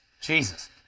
Jesus